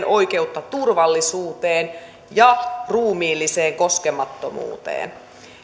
oikeutta turvallisuuteen ja ruumiilliseen koskemattomuuteen